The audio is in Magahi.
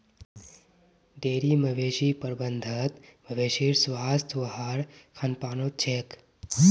डेरी मवेशी प्रबंधत मवेशीर स्वास्थ वहार खान पानत छेक